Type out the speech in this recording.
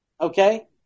Okay